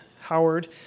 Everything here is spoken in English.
Howard